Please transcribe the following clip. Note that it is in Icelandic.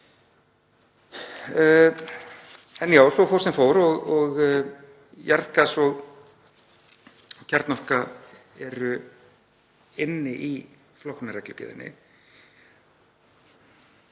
Já, svo fór sem fór og jarðgas og kjarnorka eru inni í flokkunarreglugerðinni.